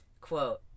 Quote